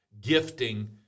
gifting